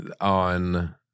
on